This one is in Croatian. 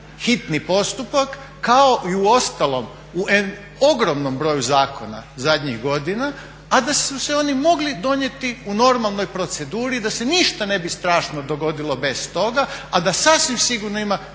hitni postupak kao i uostalom ogromnom broju zakona zadnjih godina a da su se oni mogli donijeti u normalnoj proceduri, da se ništa ne bi strašno dogodilo bez toga a da sasvim sigurno ima